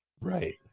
Right